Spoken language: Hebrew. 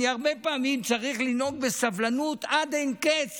אני הרבה פעמים צריך לנהוג בסבלנות עד אין קץ